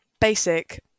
basic